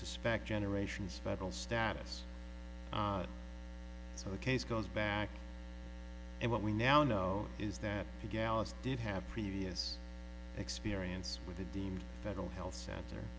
suspect generations federal status so the case goes back and what we now know is that the gallus did have previous experience with the dean federal health cent